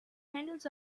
handles